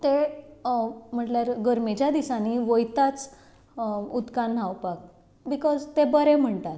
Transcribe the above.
ते म्हटल्यार गरमेच्या दिसांनी वयताच उदकान न्हांवपाक बिकॉज तें बरें म्हणटात